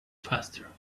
faster